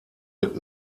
mit